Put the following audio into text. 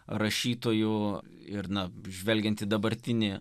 rašytojų ir na žvelgiant į dabartinį